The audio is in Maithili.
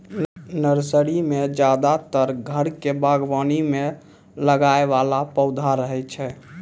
नर्सरी मॅ ज्यादातर घर के बागवानी मॅ लगाय वाला पौधा रहै छै